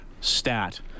stat